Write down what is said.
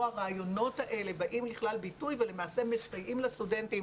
הרעיונות האלה באים לכלל ביטוי ולמעשה מסייעים לסטודנטים